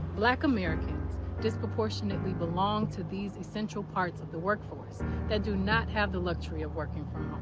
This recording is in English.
black americans disproportionately belong to these essential parts of the workforce that do not have the luxury of working from